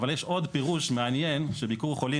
אבל יש עוד פירוש מעניין של ביקור חולים,